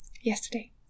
Yesterday